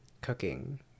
cooking